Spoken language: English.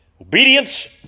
Obedience